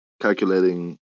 calculating